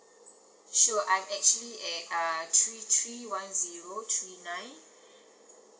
so I'm actually at uh three three one zero three nine